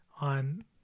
on